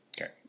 Okay